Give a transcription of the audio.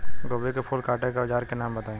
गोभी के फूल काटे के औज़ार के नाम बताई?